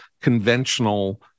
conventional